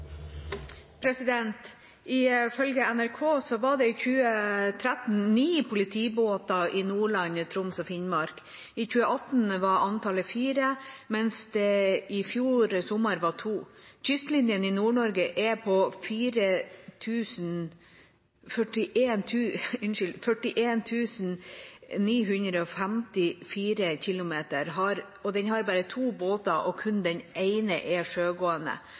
NRK var det i 2013 ni politibåter i Nordland, Troms og Finnmark. I 2018 var antallet fire, mens det i fjor sommer var to. Kystlinjen i Nord-Norge på 41 954 km har bare to båter, og kun den ene er sjøgående.